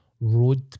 road